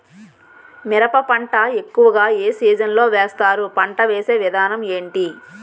మిరప పంట ఎక్కువుగా ఏ సీజన్ లో వేస్తారు? పంట వేసే విధానం ఎంటి?